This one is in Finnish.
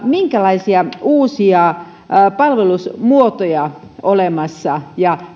minkälaisia uusia palvelusmuotoja on työn alla ja